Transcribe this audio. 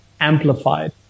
amplified